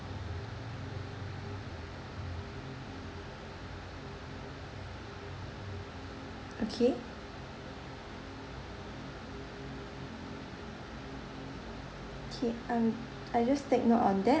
okay okay um I just take note on that